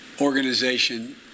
organization